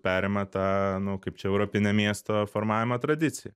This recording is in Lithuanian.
perima tą nu kaip čia europinę miesto formavimo tradiciją